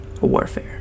warfare